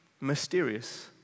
mysterious